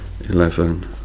eleven